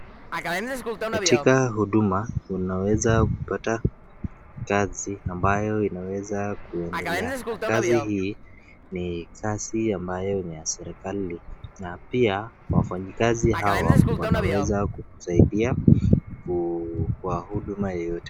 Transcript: Katika huduma tunaweza kupata kazi ambayo inaweza kuendelea na kazi. Na kazi hii ni kazi ambayo ni ya serikali na pia wafanyikazi hawa wameweza kuwasaidia kwa huduma yoyote.